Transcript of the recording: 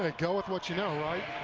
ah go with what you know, right?